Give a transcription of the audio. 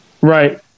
right